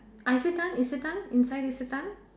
isetan isetan inside isetan